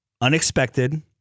unexpected